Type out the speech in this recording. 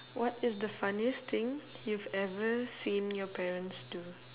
what is the funniest thing you've ever seen your parents do